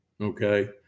okay